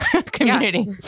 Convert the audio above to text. community